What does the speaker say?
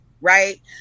Right